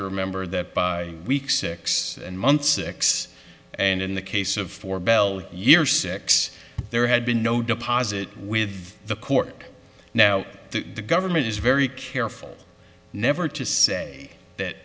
to remember that by week six and month six and in the case of four bell year six there had been no deposit with the court now the government is very careful never to say that